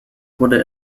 wurde